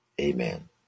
Amen